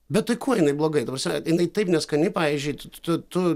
bet tai kuo jinai blogai ta prasme jinai taip neskani pavyzdžiui tu tu